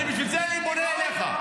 בגלל זה אני פונה אליך.